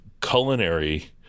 culinary